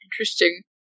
Interesting